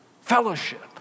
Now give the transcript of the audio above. Fellowship